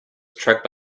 struck